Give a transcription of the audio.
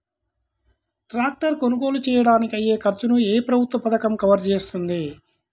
Tractor కొనుగోలు చేయడానికి అయ్యే ఖర్చును ఏ ప్రభుత్వ పథకం కవర్ చేస్తుంది?